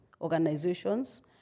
organizations